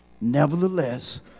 Nevertheless